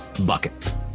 buckets